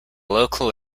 local